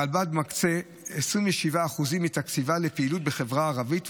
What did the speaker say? הרלב"ד מקצה 27% מתקציבה לפעילות בחברה הערבית,